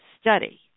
Study